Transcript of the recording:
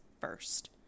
first